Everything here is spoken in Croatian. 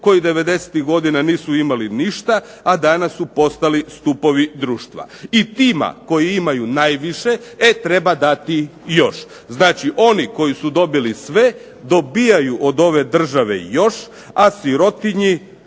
koji 90-ih godina nisu imali ništa, a danas su postali stupovi društva. I tima koji imaju najviše, e treba dati još. Znači oni koji su dobili sve, dobijaju od ove države još, a sirotinji